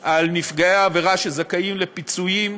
על נפגעי עבירה שזכאים לפיצויים,